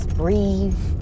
breathe